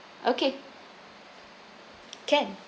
okay can